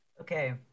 okay